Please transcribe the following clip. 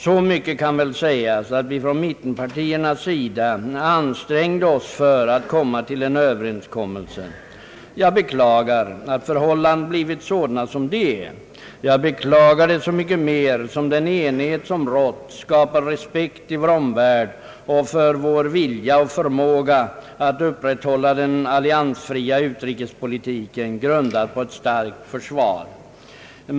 Så mycket kan väl sägas att vi från mittenpartiernas sida ansträngde oss för att komma till en överenskommelse. Jag beklagar att förhållandena blivit sådana som de är. Jag beklagar det så mycket mer som den enighet som rått skapat respekt i vår omvärld för vår vilja och förmåga att upprätthålla den = alliansfria utrikespolitiken, grundad på ett starkt försvar.